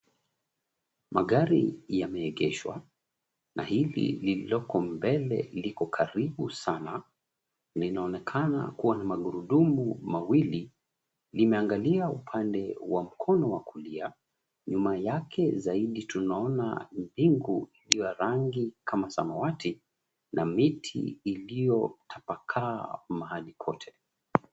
Magari yameegeshwa na hili lililoko mbele liko karibu sana, linaonekana kuwa na magurudumu mawili, limeangalia upande wa mkono wa kuliam. Nyuma yake zaidi tunaona mbingu iliyo rangi kama samawati na miti iliyotapakaa mahali kote.